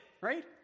Right